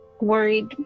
worried